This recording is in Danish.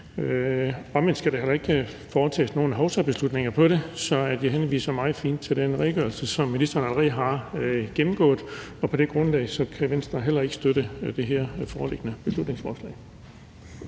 Omvendt skal der heller ikke træffes nogen hovsabeslutninger om det, så jeg vil henvise til den meget fine redegørelse, som ministeren allerede har gennemgået. På det grundlag kan Venstre heller ikke støtte det foreliggende beslutningsforslag.